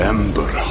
Ember